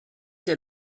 der